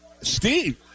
Steve